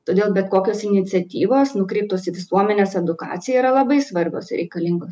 todėl bet kokios iniciatyvos nukreiptos į visuomenės edukaciją yra labai svarbios ir reikalingos